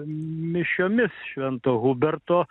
mišiomis švento huberto